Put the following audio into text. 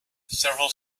several